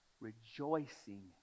rejoicing